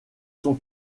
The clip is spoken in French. son